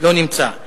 לא נמצא.